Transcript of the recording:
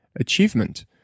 Achievement